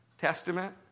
Testament